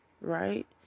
right